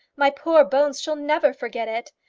my poor bones shall never forget it.